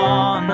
on